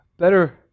better